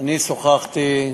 אני שוחחתי,